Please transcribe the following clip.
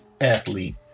athlete